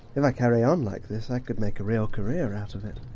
if i carry on like this, i could make a real career out of it.